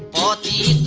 on the